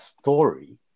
story